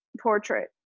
portrait